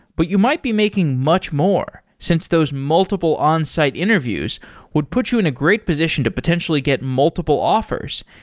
but you might be making much more since those multiple onsite interviews would put you in a great position to potentially get multiple offers,